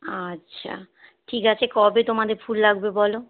আচ্ছা ঠিক আছে কবে তোমাদের ফুল লাগবে বলো